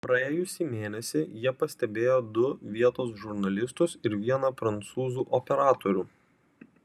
praėjusį mėnesį jie pastebėjo du vietos žurnalistus ir vieną prancūzų operatorių